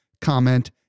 comment